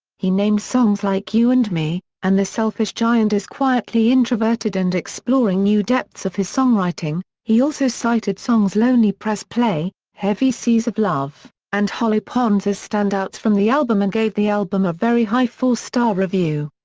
he named songs like you and me and the selfish giant as quietly introverted and exploring new depths of his songwriting, he also cited songs lonely press play, heavy seas of love and hollow ponds as standouts from the album and gave the album a very high four star review.